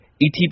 ETB